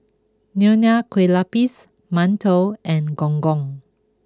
Nonya Kueh Lapis Mantou and Gong Gong